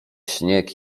śnieg